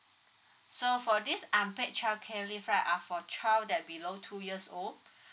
so for this unpaid childcare leave right are for child that below two years old